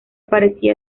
parecía